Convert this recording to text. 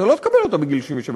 אתה לא תקבל אותה בגיל 67,